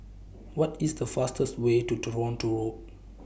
What IS The fastest Way to Toronto Road